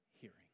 hearing